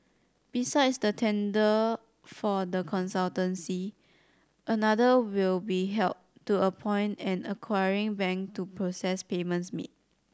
besides the tender for the consultancy another will be held to appoint an acquiring bank to process payments made